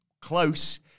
Close